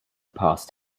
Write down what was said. past